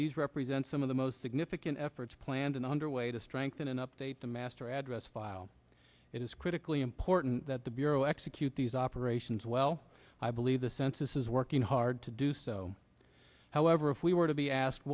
these represent some of the most significant efforts planned and underway to strengthen and update the master address file it is critically important that the bureau execute these operations well i believe the census is working hard to do so however if we were to be asked